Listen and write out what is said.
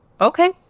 okay